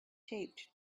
taped